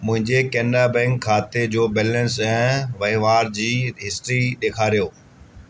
मुंहिंजे केनरा बैंक खाते जो बैलेंस ऐं वहिंवार जी हिस्ट्री ॾेखारियो